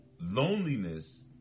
loneliness